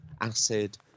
acid